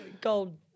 Gold